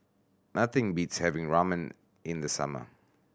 nothing beats having Ramen in the summer